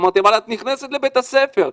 אמרתי: אבל את נכנסת לבית הספר,